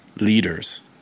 leaders